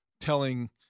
telling